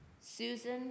Susan